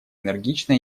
энергично